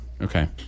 okay